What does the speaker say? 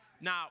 Now